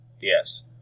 Yes